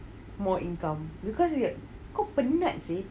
more income because you kau penat seh